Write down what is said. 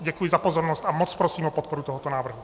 Děkuji za pozornost a moc prosím o podporu tohoto návrhu.